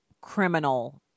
criminal